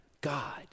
God